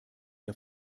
der